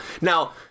Now